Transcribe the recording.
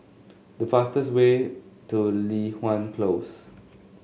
the fastest way to Li Hwan Close